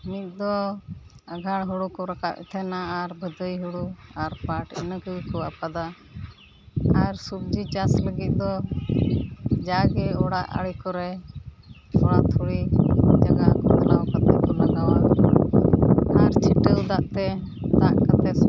ᱱᱤᱛ ᱫᱚ ᱟᱸᱜᱷᱟᱬ ᱦᱳᱲᱳ ᱠᱚ ᱨᱟᱠᱟᱵᱮᱫ ᱛᱮᱦᱮᱱᱟ ᱟᱨ ᱵᱷᱟᱹᱫᱟᱹᱭ ᱦᱳᱲᱳ ᱟᱨ ᱯᱟᱴ ᱤᱱᱟᱹᱠᱚ ᱜᱮ ᱠᱚ ᱟᱯᱟᱫᱟ ᱟᱨ ᱥᱚᱵᱡᱤ ᱪᱟᱥ ᱞᱟᱹᱜᱤᱫ ᱫᱚ ᱡᱟᱜᱮ ᱚᱲᱟᱜ ᱟᱲᱮ ᱠᱚᱨᱮ ᱛᱷᱚᱲᱟ ᱛᱷᱩᱲᱤ ᱡᱟᱜᱟᱠᱚ ᱜᱷᱮᱨᱟᱣ ᱠᱟᱛᱮᱠᱚ ᱞᱟᱜᱟᱣᱟ ᱟᱨ ᱪᱷᱤᱴᱟᱹᱣ ᱫᱟᱜ ᱛᱮ ᱫᱟᱜ ᱠᱚᱛᱮ